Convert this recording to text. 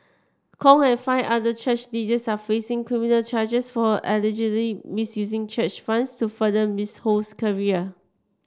Kong and five other church leaders are facing criminal charges for allegedly misusing church funds to further Miss Ho's career